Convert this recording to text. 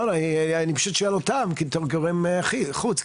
לא, אני פשוט שואל אותם בתור גורם חוץ.